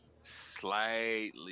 slightly